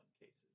cases